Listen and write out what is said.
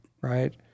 Right